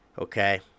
okay